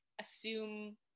assume